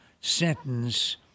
sentence